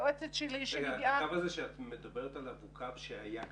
היועצת שלי --- הקו הזה שאת מדברת עליו הוא קו שהיה קיים?